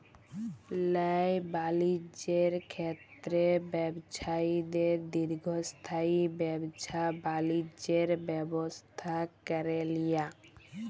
ল্যায় বালিজ্যের ক্ষেত্রে ব্যবছায়ীদের দীর্ঘস্থায়ী ব্যাবছা বালিজ্যের ব্যবস্থা ক্যরে লিয়া